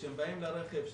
כשהם באים לרכב,